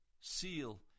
seal